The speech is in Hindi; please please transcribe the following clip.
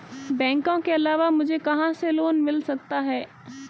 बैंकों के अलावा मुझे कहां से लोंन मिल सकता है?